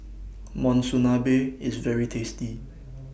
Monsunabe IS very tasty